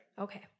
okay